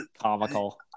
comical